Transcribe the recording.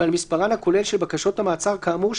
ועל מספרן הכולל של בקשות המעצר כאמור,